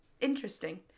interesting